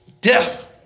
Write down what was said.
death